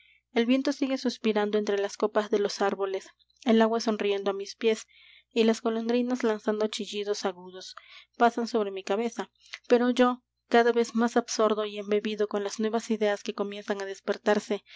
el viento sigue suspirando entre las copas de los árboles el agua sonriendo á mis pies y las golondrinas lanzando chillidos agudos pasan sobre mi cabeza pero yo cada vez más absorto y embebido con las nuevas ideas que comienzan á despertarse